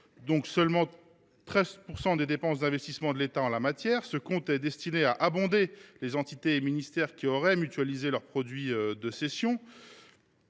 donc seulement 13 % des dépenses d’investissement de l’État en la matière. Ce compte, destiné à abonder les entités et ministères qui auraient mutualisé leurs produits de cession,